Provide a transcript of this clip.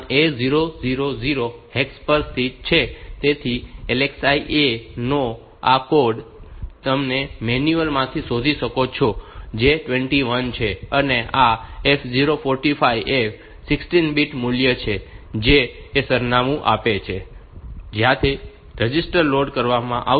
તેથી અને LXI A નો આ કોડ તમે મેન્યુઅલ માંથી શોધી શકો છો જે 21 છે અને આ F045 એ 16 બીટ મૂલ્ય છે જે એ સરનામું આપે છે કે જ્યાંથી રજિસ્ટર લોડ કરવામાં આવશે